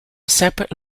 separate